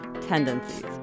tendencies